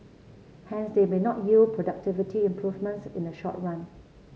hence they may not yield productivity improvements in the short run